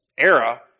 era